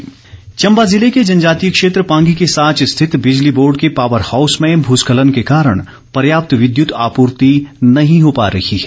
बिजली चम्बा ज़िले के जनजातीय क्षेत्र पांगी के साच स्थित बिजली बोर्ड के पावर हाउस में भूस्खलन के कारण पर्याप्त विद्युत आपूर्ति नहीं हो पा रही है